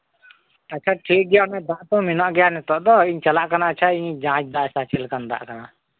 ᱟᱪᱪᱷᱟ ᱴᱷᱤᱠ ᱜᱮᱭᱟ ᱚᱱᱟ ᱫᱟᱜ ᱦᱚᱸ ᱢᱮᱱᱟᱜ ᱜᱮᱭᱟ ᱱᱤᱛᱚᱜ ᱫᱚ ᱤᱧ ᱪᱟᱞᱟᱜ ᱠᱟᱱᱟ ᱟᱪᱪᱷᱟ ᱤᱧ ᱡᱟᱡᱽᱫᱟ ᱪᱮᱫ ᱞᱮᱠᱟᱱ ᱫᱟᱜ ᱠᱟᱱᱟ